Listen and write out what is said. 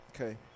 Okay